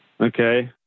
Okay